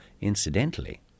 incidentally